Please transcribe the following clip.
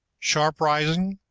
sharp rising